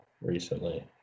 recently